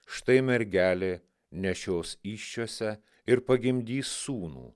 štai mergelė nešios įsčiose ir pagimdys sūnų